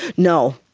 no,